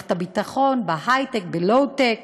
במערכת הביטחון, בהייטק, בלואו-טק,